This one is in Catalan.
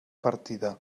partida